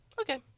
Okay